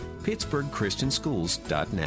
PittsburghChristianSchools.net